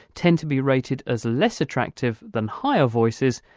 tend to be rated as less attractive than higher voices,